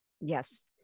Yes